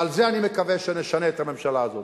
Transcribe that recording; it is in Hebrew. ועל זה אני מקווה שנשנה את הממשלה הזאת.